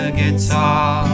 guitar